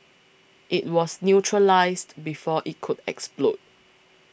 it was neutralised before it could explode